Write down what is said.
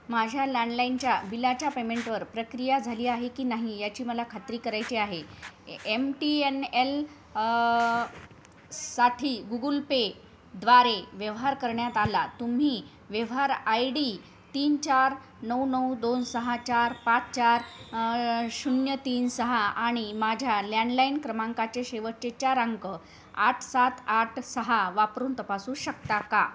माझ्या लँडलाईनच्या बिलाच्या पेमेंटवर प्रक्रिया झाली आहे की नाही याची मला खात्री करायची आहे A M T N L साठी गुगुल पे द्वारे व्यवहार करण्यात आला तुम्ही व्यवहार आय डी तीन चार नऊ नऊ दोन सहा चार पाच चार शून्य तीन सहा आणि माझ्या लँडलाईन क्रमांकाचे शेवटचे चार अंक आठ सात आठ सहा वापरून तपासू शकता का